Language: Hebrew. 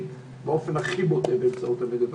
באופן הכי בוטה באמצעות המדיה החברתית.